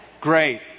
Great